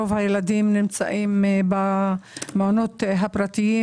רוב הילדים נמצאים במעונות הפרטיים.